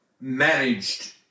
managed